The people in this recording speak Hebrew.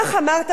וכך אמרת,